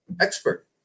expert